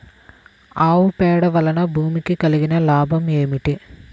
ఆవు పేడ వలన భూమికి కలిగిన లాభం ఏమిటి?